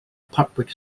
public